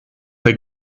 der